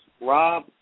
Rob